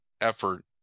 effort